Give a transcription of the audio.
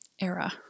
era